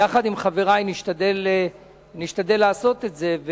יחד עם חברי נשתדל לעשות את זה.